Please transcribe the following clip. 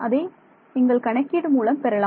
அதை நீங்கள் கணக்கீடு மூலம் பெறலாம்